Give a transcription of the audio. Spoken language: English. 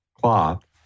cloth